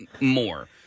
more